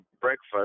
breakfast